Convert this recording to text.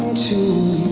to